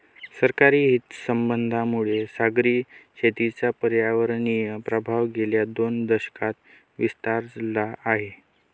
सरकारी हितसंबंधांमुळे सागरी शेतीचा पर्यावरणीय प्रभाव गेल्या दोन दशकांत विस्तारला आहे